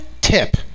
tip